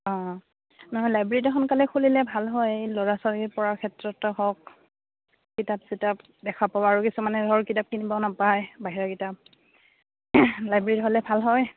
অঁ নহয় লাইব্ৰেৰীত সোনকালে খুলিলে ভাল হয় এই ল'ৰা ছোৱালীৰ পঢ়া ক্ষেত্ৰত হওক কিতাপ চিতাপ দেখা পোৱা আৰু কিছুমান ধৰক কিতাপ কিনিব নাপায় বাহিৰা কিতাপ লাইব্ৰেৰীত হ'লে ভাল হয়